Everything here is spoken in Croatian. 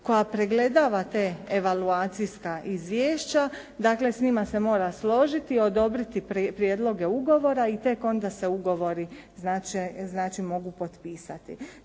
koja pregledava ta evaluacijska izvješća. Dakle s njima se mora složiti, odobriti prijedloge ugovora i tek onda se ugovori znači mogu potpisati.